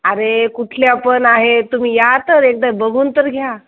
अरे कुठल्या पण आहे तुम्ही या तर एकदा बघून तर घ्या